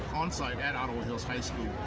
on-site at ottawa hills high school.